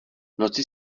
noci